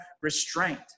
restraint